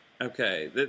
Okay